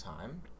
time